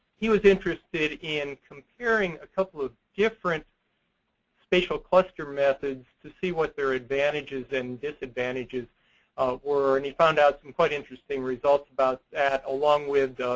he was interested in comparing a couple of different spatial cluster methods, to see what their advantages and disadvantages were. and he found out some quite interesting results about that, along with